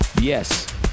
Yes